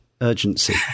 urgency